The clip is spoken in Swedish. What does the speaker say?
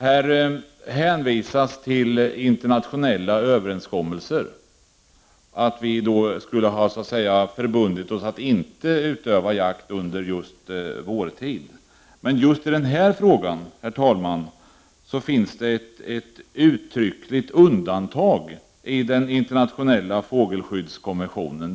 Här hänvisas till internationella överenskommelser, att vi skulle så att säga ha förbundit oss att inte utöva jakt under vårtid. Men just i den här frågan, herr talman, finns det ett uttryckligt undantag i den internationella fågelskyddskonventionen.